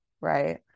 right